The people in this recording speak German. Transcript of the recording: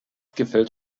gefällt